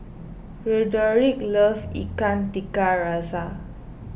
Roderic loves Ikan Tiga Rasa